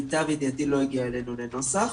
למיטב ידיעתי זה עוד לא הגיע אלינו לנוסח.